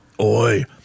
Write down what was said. Oi